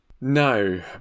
No